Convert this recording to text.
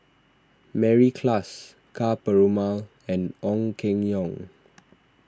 Mary Klass Ka Perumal and Ong Keng Yong